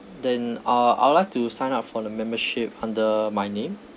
then uh I would like to sign up for the membership under my name